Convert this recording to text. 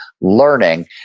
Learning